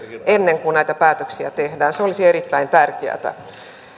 ennen kuin näitä päätöksiä tehdään se olisi erittäin tärkeätä